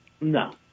No